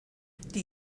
die